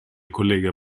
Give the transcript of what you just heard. collega